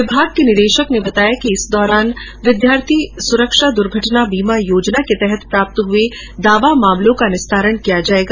विभाग के निदेशक आनंद स्वरूप ने बताया कि इस दौरान विद्यार्थी सुरक्षा दुर्घटना बीमा योजना के अंतर्गत प्राप्त हुए दावा मामलों का निस्तारण किया जायेगा